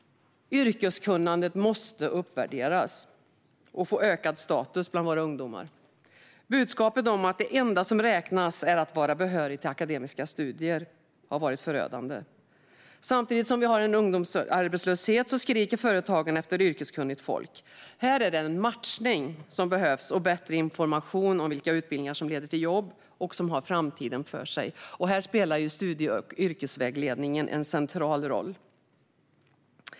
Yrkeskunnandet måste uppvärderas och få ökad status bland våra ungdomar. Budskapet om att det enda som räknas är att vara behörig till akademiska studier har varit förödande. Samtidigt som vi har ungdomsarbetslöshet skriker företagen efter yrkeskunnigt folk. Här behövs matchning och bättre information om vilka utbildningar som leder till jobb och som har framtiden för sig. Här spelar studie och yrkesvägledningen en central roll.